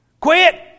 Quit